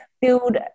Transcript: build